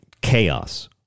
chaos